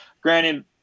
Granted